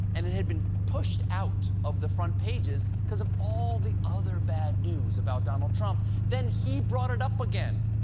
and it had been pushed out of the front pages because of all the other bad news about donald trump. then he brought it up again.